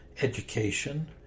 education